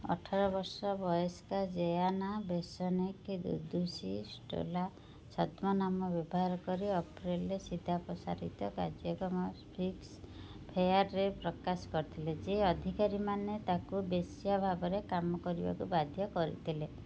ଅଠର ବର୍ଷ ବୟସ୍କା ଜେଆନା ବେସନିକ୍ ଦୁଦୁଶି ଷ୍ଟଲା ଛଦ୍ମନାମ ବ୍ୟବହାର କରି ଏପ୍ରିଲ୍ରେ ସିଧାପ୍ରସାରିତ କାର୍ଯ୍ୟକ୍ରମ ଫିକ୍ସ୍ ଫେୟାର୍ରେ ପ୍ରକାଶ କରିଥିଲେ ଯେ ଅଧିକାରୀମାନେ ତାକୁ ବେଶ୍ୟା ଭାବରେ କାମ କରିବାକୁ ବାଧ୍ୟ କରିଥିଲେ